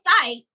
site